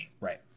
Right